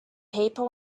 paper